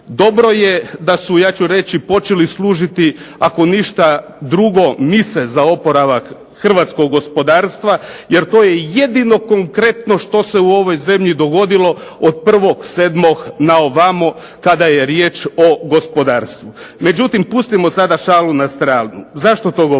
dobro je da su ja ću reći počeli služiti ako ništa drugo mise za oporavak hrvatskog gospodarstva jer to je jedino konkretno što se u ovoj zemlji dogodilo od 1.7. na ovamo kada je riječ o gospodarstvu. Međutim, pustimo sada šalu na stranu. Zašto to govorim?